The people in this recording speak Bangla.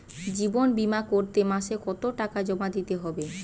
জীবন বিমা করতে মাসে কতো টাকা জমা দিতে হয়?